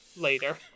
later